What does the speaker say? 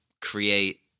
create